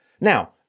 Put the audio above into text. Now